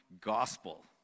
gospel